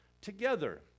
together